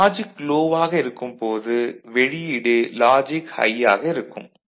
அது logic low ஆக இருக்கும் போது வெளியீடு லாஜிக் ஹை ஆக இருக்கும்